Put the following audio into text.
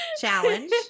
challenge